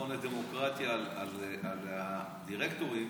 והמכון לדמוקרטיה על הדירקטורים,